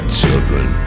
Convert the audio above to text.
children